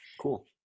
Cool